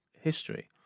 history